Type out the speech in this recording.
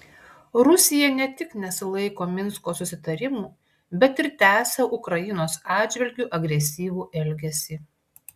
rusija ne tik nesilaiko minsko susitarimų bet ir tęsia ukrainos atžvilgiu agresyvų elgesį